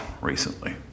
recently